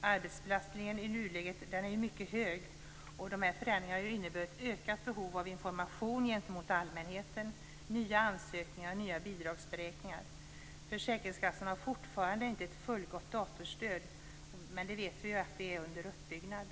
Arbetsbelastningen i nuläget är mycket hög, och dessa förändringar har inneburit ett ökat behov av information gentemot allmänheten, nya ansökningar och nya bidragsberäkningar. Försäkringskassan har fortfarande inte ett fullgott datorstöd. Men vi vet att det är under uppbyggnad.